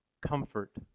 comfort